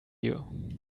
you